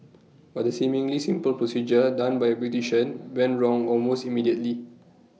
but the seemingly simple procedure done by A beautician went wrong almost immediately